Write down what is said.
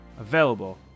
available